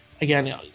again